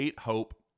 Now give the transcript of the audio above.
Hope